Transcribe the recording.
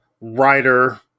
writer